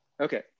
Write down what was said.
Okay